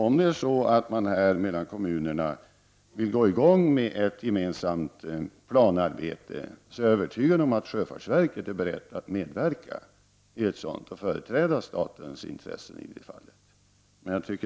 Om kommunerna vill starta ett gemensamt planarbete, är jag övertygad om att sjöfartsverket är berett att medverka och företräda statens intressen.